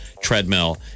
treadmill